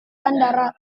bandara